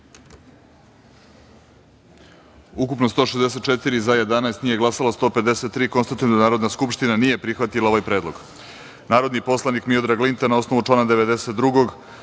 ukupno – 164, za – 11, nije glasalo – 153.Konstatujem da Narodna skupština nije prihvatila ovaj predlog. Narodni poslanik Miodrag Linta, na osnovu člana 92,